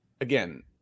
again